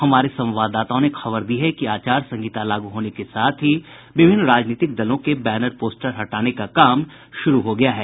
हमारे संवाददाताओं ने खबर दी है कि आचार संहिता लागू होने के साथ ही विभिन्न राजनीतिक दलों के बैनर पोस्टर हटाने का काम शुरू हो गया है